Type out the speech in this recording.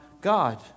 God